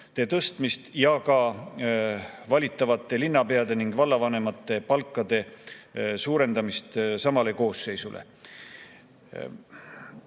tõstmist ja ka valitavate linnapeade ja vallavanemate palkade suurendamist samas koosseisus.